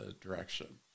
direction